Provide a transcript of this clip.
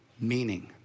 meaning